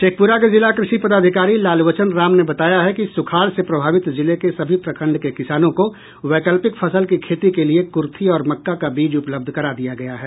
शेखप्रा के जिला कृषि पदाधिकारी लालवचन राम ने बताया है कि सुखाड़ से प्रभावित जिले के सभी प्रखंड के किसानों को वैकल्पिक फसल की खेती के लिए कुर्थी और मक्का का बीज उपलब्ध करा दिया गया है